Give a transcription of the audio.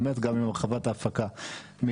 באמת גם עם הרחבת ההפקה מלווייתן,